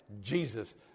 Jesus